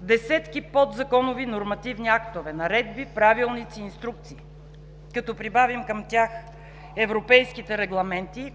десетки подзаконови нормативни актове, наредби, правилници, инструкции. Като прибавим към тях европейските регламенти,